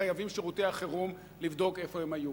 חייבים שירותי החירום לבדוק איפה הם היו.